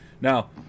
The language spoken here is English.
Now